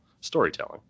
storytelling